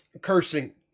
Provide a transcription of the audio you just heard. cursing